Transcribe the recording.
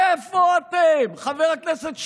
איפה אתם, חבר הכנסת שיין?